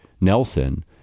Nelson